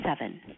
seven